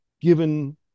given